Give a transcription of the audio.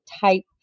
type